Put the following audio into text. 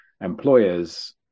employers